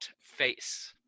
face